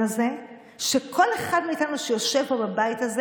הזה שכל אחד מאיתנו שיושב פה בבית הזה